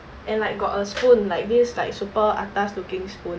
and like got a spoon like this like super atas looking spoon